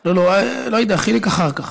לא יודע, חיליק אחר כך.